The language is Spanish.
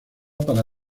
para